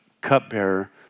cupbearer